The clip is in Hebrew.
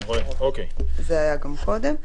זה היה גם קודם.